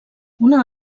una